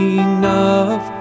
enough